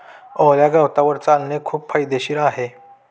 ओल्या गवतावर चालणे खूप फायदेशीर आहे